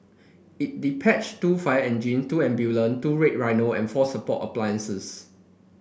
it dispatched two fire engine two ambulance two red rhino and four support appliances